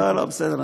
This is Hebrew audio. לא לא, בסדר,